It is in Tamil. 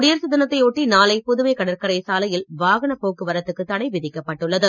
குடியரசு தினத்தை ஒட்டி நாளை புதுவை கடற்கரை சாலையில் வாகனப் போக்குவரத்துக்கு தடை விதிக்கப்பட்டுள்ளது